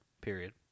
period